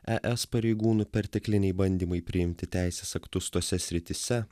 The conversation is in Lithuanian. es pareigūnų pertekliniai bandymai priimti teisės aktus tose srityse